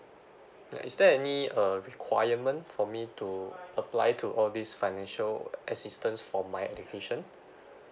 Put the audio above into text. ya is there any uh requirement for me to apply to all these financial assistance for my education